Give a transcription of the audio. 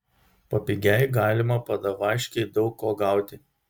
papigiaj galima padavaškėj daug ko gauti